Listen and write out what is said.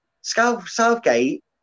Southgate